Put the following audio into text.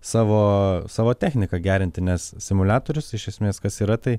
savo savo techniką gerinti nes simuliatorius iš esmės kas yra tai